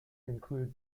include